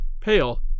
pale